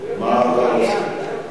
מה אתה רוצה?